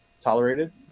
tolerated